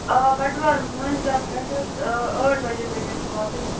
آ بَٹہٕ وار مٲنٛزراتھ پٮ۪ٹھٕ حظ ٲٹھ بجے بٲگۍ گَژھِ واتٕنۍ